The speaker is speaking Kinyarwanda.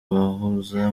bahuza